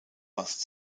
must